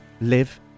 live